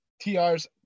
TR's